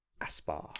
Aspar